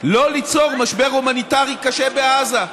לא ליצור משבר הומניטרי קשה בעזה.